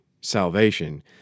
salvation